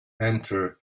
enter